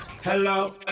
hello